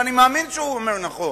ואני מאמין שהוא אומר נכון,